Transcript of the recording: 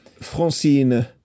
Francine